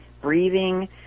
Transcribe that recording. breathing